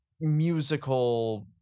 musical